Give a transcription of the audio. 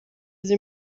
sie